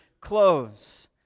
clothes